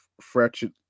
fractured